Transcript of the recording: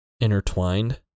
intertwined